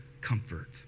comfort